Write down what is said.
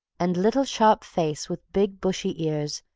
and little sharp face with big bushy ears,